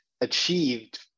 achieved